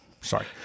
Sorry